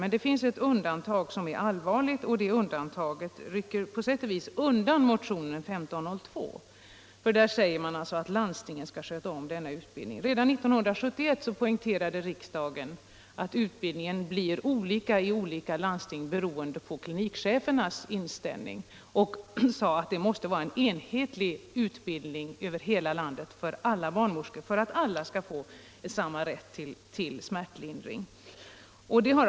Men det finns ett undantag som är allvarligt, och det undantaget rycker på sätt och vis undan motionen 1975/76:1502, eftersom utskottet säger att landstingen skall sköta om denna utbildning. Redan 1971 poängterade riksdagen att utbildningen blir olika i olika landsting beroende på klinikchefernas inställning. Riksdagen uttalade att det måste vara en enhetlig utbildning över hela landet för alla barnmorskor så att alla kvinnor skall få samma rätt till smärtlindring vid förlossning.